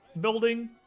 building